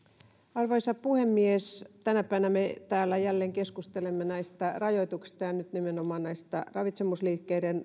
arvoisa puhemies tänäpänä me täällä jälleen keskustelemme näistä rajoituksista ja nyt nimenomaan näistä ravitsemusliikkeiden